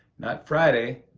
not friday,